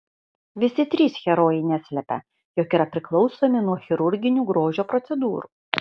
visi trys herojai neslepia jog yra priklausomi nuo chirurginių grožio procedūrų